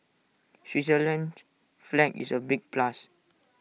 Switzerland's flag is A big plus